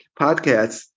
podcasts